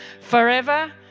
forever